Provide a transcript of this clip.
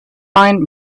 find